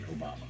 Obama